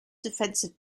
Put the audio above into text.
defensive